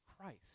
Christ